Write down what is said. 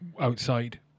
outside